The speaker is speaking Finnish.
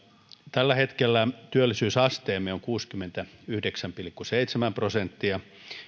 tällä hetkellä työllisyysasteemme on kuusikymmentäyhdeksän pilkku seitsemän prosenttia